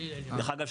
דרך אגב,